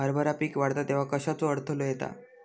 हरभरा पीक वाढता तेव्हा कश्याचो अडथलो येता?